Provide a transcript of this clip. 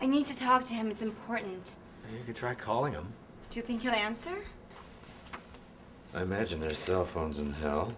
i need to talk to him it's important you try calling him do you think you'll answer i imagine their cell phones in